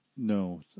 No